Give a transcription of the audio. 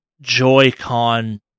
Joy-Con